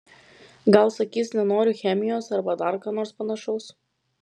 gal sakys nenoriu chemijos arba dar ką nors panašaus